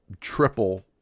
triple